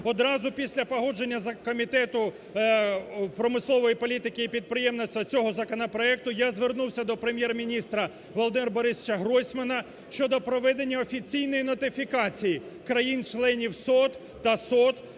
Одразу після погодження Комітету промислової політики і підприємництва цього законопроекту я звернувся до Прем’єр-міністра Володимира Борисовича Гройсмана щодо проведення офіційної нотифікації країн-членів СОТ та СОТ